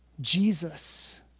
Jesus